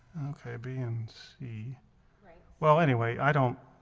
okay b. and c well anyway. i don't